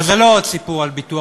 אבל זה לא עוד סיפור על ביטוח,